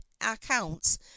accounts